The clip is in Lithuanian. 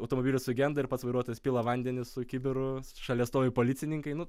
automobilis sugenda ir pats vairuotojas pila vandenį su kibiru šalia stovi policininkai nu